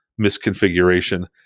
misconfiguration